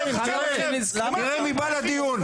תראה מי בא לדיון,